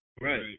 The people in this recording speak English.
Right